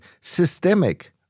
systemic